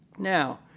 now,